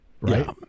right